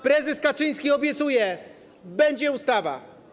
Prezes Kaczyński obiecuje: będzie ustawa.